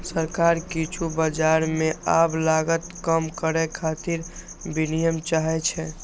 सरकार किछु बाजार मे आब लागत कम करै खातिर विनियम चाहै छै